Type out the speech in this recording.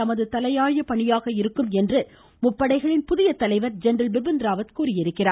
தமது தலையாய பணியாக இருக்கும் என்று முப்படைகளின் புதிய தலைவர் ஜென்ரல் பிபின் ராவத் கூறியிருக்கிறார்